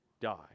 die